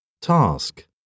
Task